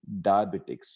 diabetics